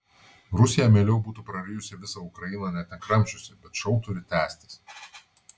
rusija mieliau būtų prarijusi visą ukrainą net nekramčiusi bet šou turi tęstis